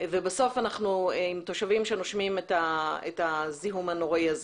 ובסוף אנחנו עם תושבים שנושמים את הזיהום הנוראי הזה.